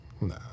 nah